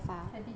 kathy 什么